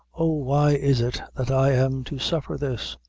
oh! why is it that i am to suffer this?